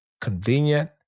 convenient